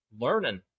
learning